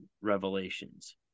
revelations